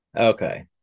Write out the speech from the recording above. okay